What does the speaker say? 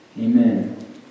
Amen